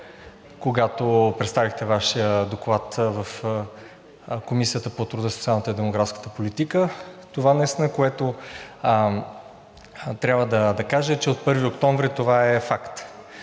когато представихте Вашия Доклад в Комисията по труда, социалната и демографската политика. Това, което наистина трябва да кажа, е, че от 1 октомври това е факт